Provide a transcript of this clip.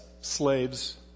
slaves